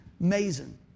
Amazing